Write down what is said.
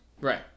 Right